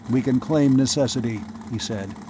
we can claim necessity, he said.